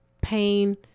pain